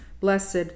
blessed